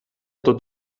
tot